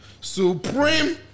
Supreme